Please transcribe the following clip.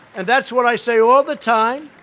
and that's what i say all the time.